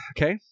Okay